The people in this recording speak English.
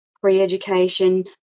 pre-education